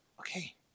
okay